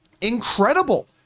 incredible